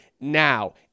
now